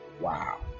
Wow